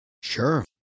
Sure